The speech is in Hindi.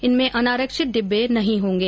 इनमें अनारक्षित डिब्बे नहीं होगें